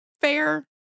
fair